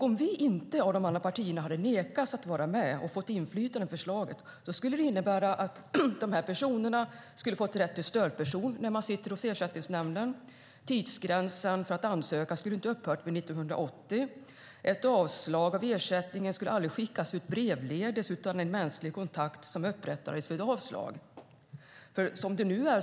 Om inte de andra partierna hade nekat oss att vara med och få inflytande över förslaget hade det inneburit att de här personerna skulle ha fått rätt till stödpersoner när de sitter hos Ersättningsnämnden. Tidsgränsen för att man skulle kunna ansöka skulle inte ha satts vid 1980. Ett avslag på ansökan om ersättning skulle aldrig ha skickats ut brevledes, utan det skulle ha upprättats en mänsklig kontakt vid avslag.